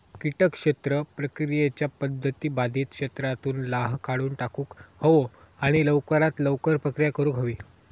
किटक क्षेत्र प्रक्रियेच्या पध्दती बाधित क्षेत्रातुन लाह काढुन टाकुक हवो आणि लवकरात लवकर प्रक्रिया करुक हवी